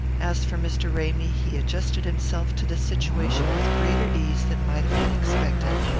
as for mr. ramy, he adjusted himself to the situation with greater ease than might have been expected,